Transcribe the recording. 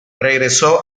regresó